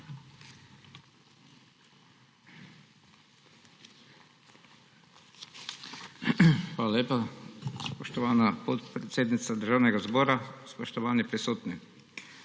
Hvala lepa, spoštovana podpredsednica Državnega zbora. Spoštovani prisotni!